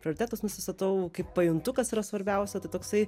prioritetus nusistatau kaip pajuntu kas yra svarbiausia tai toksai